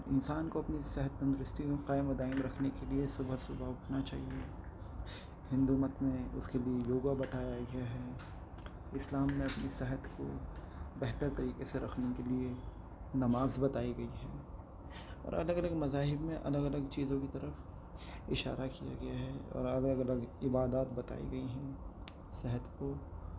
انسان کو اپنی صحت تندرستی قائم و دائم رکھنے کے لیے صبح صبح اٹھنا چاہیے ہندو مت میں اس کے لیے یوگا بتایا گیا ہے اسلام میں اپنی صحت کو بہتر طریقے سے رکھنے کے لیے نماز بتائی گئی ہے اور الگ الگ مذاہب میں الگ الگ چیزوں کی طرف اشارہ کیا گیا ہے اور الگ الگ عبادات بتائی گئی ہیں صحت کو